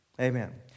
Amen